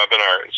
webinars